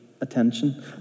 attention